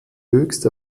höchst